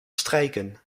strijken